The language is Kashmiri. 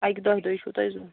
اکہِ دۄیہِ دُہۍ چھُو تۄہہِ